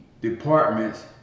departments